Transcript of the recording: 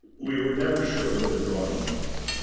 we were never sure what the drawing was.